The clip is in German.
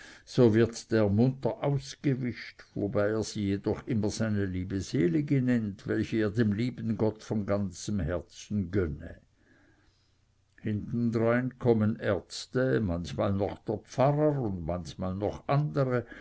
so wird der munter ausgewischt wobei er sie jedoch immer seine liebe selige nennt welche er dem lieben gott von ganzem herzen gönne hintendrein kommen ärzte manchmal noch der pfarrer und manchmal noch andere